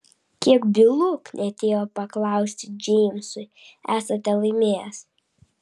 kiek bylų knietėjo paklausti džeimsui esate laimėjęs